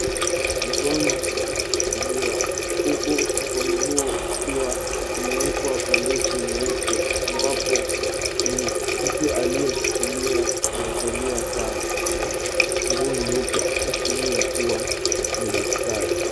Mkono umeshikiliwa huku mkono huo ukiwa umewekwa bandeji nyeupe ambapo ni mtu aliye shikilia amevalia saa na amevalia nguo nyeupe akiashiria kuwa ni daktari.